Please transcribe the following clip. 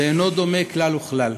זה אינו דומה כלל וכלל.